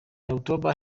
october